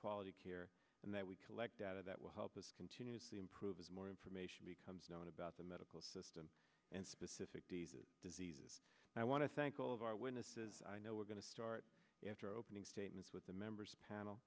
quality care and that we collect data that will help us continuously improve as more information becomes known about the medical system and specific pieces diseases and i want to thank all of our witnesses i know we're going to start after opening statements with the members panel